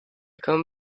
come